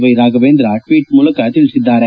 ವ್ಯೆ ರಾಫವೇಂದ್ರ ಟ್ನೀಟ್ ಮೂಲಕ ತಿಳಿಸಿದ್ದಾರೆ